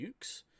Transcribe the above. nukes